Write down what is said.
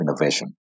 innovation